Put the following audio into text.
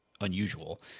Unusual